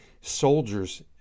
soldiers